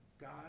God